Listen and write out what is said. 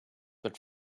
but